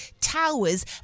towers